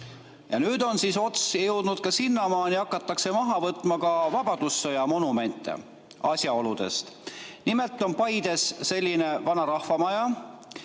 Nüüd on ots jõudnud sinnamaani, et hakatakse maha võtma ka vabadussõja monumente. Asjaoludest. Nimelt on Paides selline vana rahvamaja,